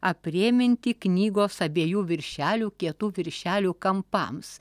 aprėminti knygos abiejų viršelių kietų viršelių kampams